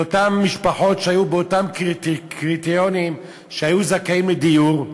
לאותן משפחות שהיו באותם קריטריונים שהיו זכאים לדיור,